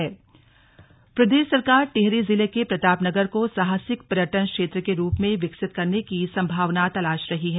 slug CM on पर्यटन प्रदेश सरकार टिहरी जिले के प्रतापनगर को साहसिक पर्यटन क्षेत्र के रूप में विकसित करने की संभावना तलाश रही है